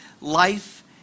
life